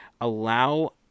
allow